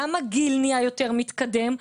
גם הגיל נהיה יותר מתקדם,